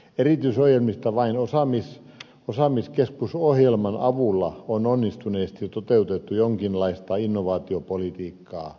erityisohjelmista vain osaamiskeskusohjelman avulla on onnistuneesti toteutettu jonkinlaista innovaatiopolitiikkaa